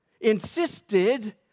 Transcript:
insisted